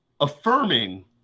affirming